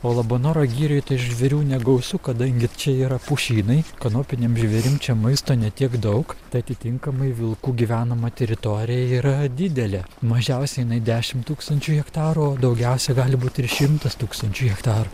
o labanoro girioj tai žvėrių negausu kadangi čia yra pušynai kanopiniam žvėrim čia maisto ne tiek daug tai atitinkamai vilkų gyvenama teritorija yra didelė mažiausiai jinai dešimt tūkstančių hektarų o daugiausiai gali būt ir šimtas tūkstančių hektarų